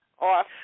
off